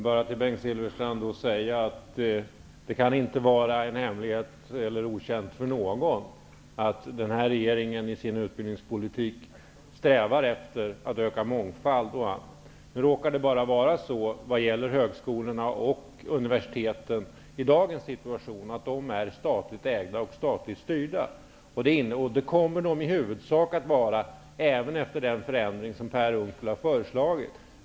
Fru talman! Det kan inte vara någon hemlighet eller okänt för någon att den här regeringen strävar efter ökad mångfald i sin utbildningspolitik. Nu råkar högskolorna och universiteten i dag vara statligt ägda och styrda. Det kommer de i huvudsak att vara även efter genomförandet av den förändring som Per Unckel har föreslagit.